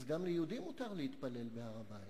אז גם ליהודי מותר להתפלל בהר-הבית.